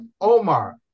Omar